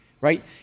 right